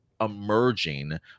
emerging